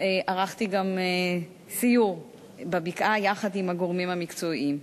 ערכתי גם סיור בבקעה, יחד עם הגורמים המקצועיים.